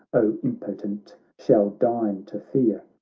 o impotent, shall deign to fear!